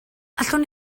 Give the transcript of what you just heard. allwn